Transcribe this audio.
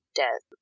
death